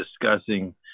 discussing